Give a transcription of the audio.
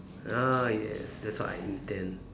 ah yes that's what I intend